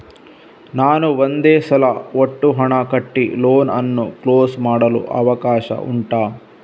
ನಾನು ಒಂದೇ ಸಲ ಒಟ್ಟು ಹಣ ಕಟ್ಟಿ ಲೋನ್ ಅನ್ನು ಕ್ಲೋಸ್ ಮಾಡಲು ಅವಕಾಶ ಉಂಟಾ